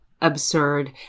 absurd